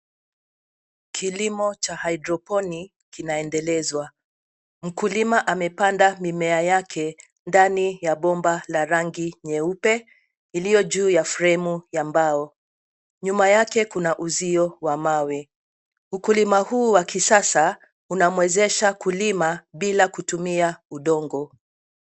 Kilimo cha hydroponic kinaendelezwa. Mkulima amepanda mimea yake ndani ya bomba la rangi nyeupe iliyo juu ya fremu ya mbao. Nyuma yake kuna uzio wa mawe. Ukulima huu wa kisasa unamwezesha kulima bila kutumia udongo.